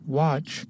watch